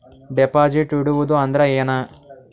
Deposit ಇಡುವುದು ಅಂದ್ರ ಏನ?